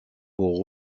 pour